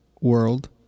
World